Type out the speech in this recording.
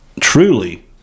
truly